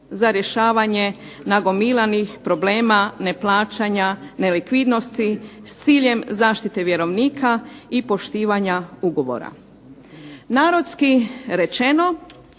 za rješavanje nagomilanih problema neplaćanja, nelikvidnosti, s ciljem zaštite vjerovnika i poštivanja ugovora. Narodski rečeno,